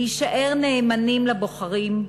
להישאר נאמנים לבוחרים,